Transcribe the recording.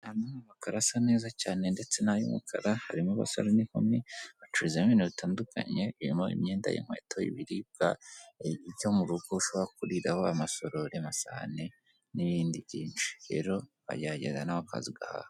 Amakaro asa neza cyane ndetse n'ay'umukara harimo abasore n'inkumi bacururizamo ibintu bitandukanye irimo imyenda y'inkweto y'ibiribwa byo mu rugo ushobora kuriraho amasorori, amasahani, n'ibindi byinshi rero wagerageza nawe ukaza ugahaha.